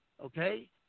okay